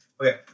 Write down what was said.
Okay